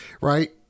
right